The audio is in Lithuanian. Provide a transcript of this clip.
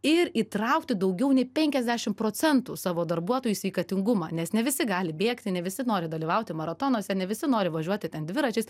ir įtraukti daugiau nei penkiasdešim procentų savo darbuotojų sveikatingumą nes ne visi gali bėgti ne visi nori dalyvauti maratonuose ne visi nori važiuoti ten dviračiais